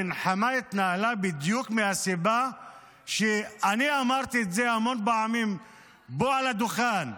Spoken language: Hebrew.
המלחמה התנהלה בדיוק מהסיבה שאני אמרתי את זה המון פעמים פה על הדוכן: